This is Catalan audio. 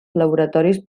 laboratoris